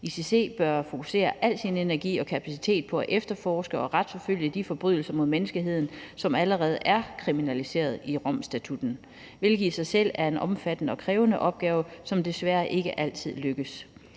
ICC bør fokusere al sin energi og kapacitet på at efterforske og retsforfølge de forbrydelser mod menneskeheden, som allerede er kriminaliseret i Romstatutten, hvilket i sig selv er en omfattende og krævende opgave, som desværre ikke altid lykkes.